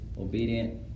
obedient